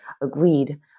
agreed